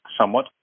somewhat